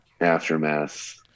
aftermath